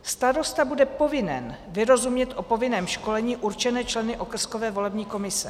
Starosta bude povinen vyrozumět o povinném školení určené členy okrskové volební komise.